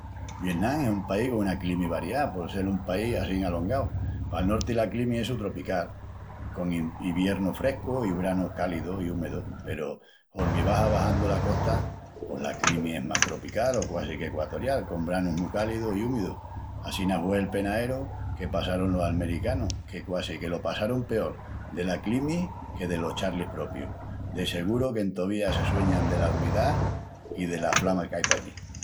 Vietnam es un país con una climi variá por sel un país assín alongau. Pal norti la climi es sutropical, con in... iviernus frescus i branus cálidus i úmidus. Peru hormi vas abaxandu la costa pos la climi es más tropical o quasi que equatorial con branus mu cálidus i úmidus. Assina hue'l penaeru que passarun los almericanus, que quasi que lo passarun peol dela climi que delos charlies propius. De seguru que entovía se sueñan dela umidá i dela flama qu'ai pallí!